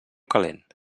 calent